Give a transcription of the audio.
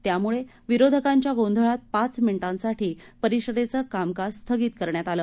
त्यामुळे विरोधकांच्या गोंधळात पाच मिनिटांसाठी परिषदेचे कामकाज स्थगित करण्यात आलं